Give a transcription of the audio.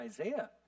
Isaiah